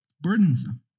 burdensome